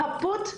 כפות,